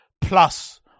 plus